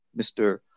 mr